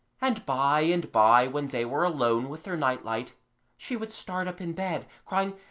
and by and by when they were alone with their night-light she would start up in bed crying hsh!